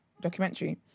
documentary